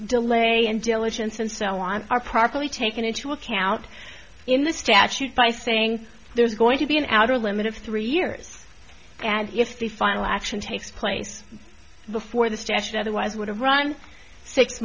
delay and diligence and so on are properly taken into account in the statute by saying there's going to be an outer limit of three years and if the final action takes place before the stache otherwise would have run six